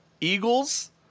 Eagles